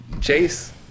Chase